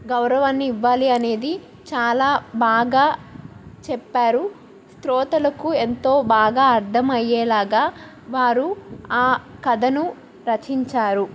గౌరవాన్ని ఇవ్వాలి అనేది చాలా బాగా చెప్పారు శ్రోతలకు ఎంతో బాగా అర్థమయ్యేలాగా వారు ఆ కథను రచించారు